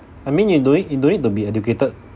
I mean you don't need you don't need to be educated